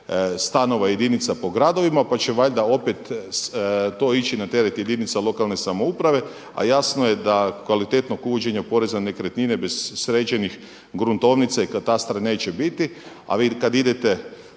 stanova i jedinica po gradovima, pa će valjda opet to ići na teret jedinica lokalne samouprave. A jasno je da kvalitetnog uvođenja poreza na nekretnine bez sređenih gruntovnica i katastara neće biti, a vi kad idete